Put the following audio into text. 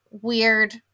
weird